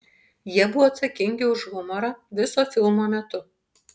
jie buvo atsakingi už humorą viso filmo metu